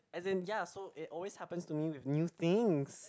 as in ya so it always happens to me with new things